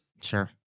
Sure